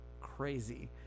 crazy